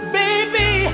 baby